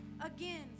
again